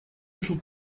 little